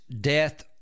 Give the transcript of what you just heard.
death